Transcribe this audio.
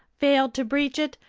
failed to breach it,